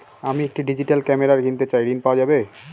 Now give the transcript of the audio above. আমি একটি digital camera কিনতে চাই ঝণ পাওয়া যাবে?